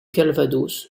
calvados